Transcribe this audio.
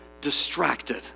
distracted